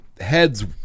heads